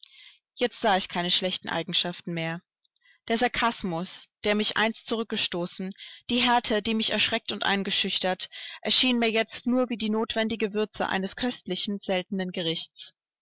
jetzt sah ich keine schlechten eigenschaften mehr der sarkasmus der mich einst zurückgestoßen die härte die mich erschreckt und eingeschüchtert erschienen mir jetzt nur wie die notwendige würze eines köstlichen seltenen gerichts